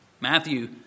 Matthew